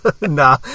nah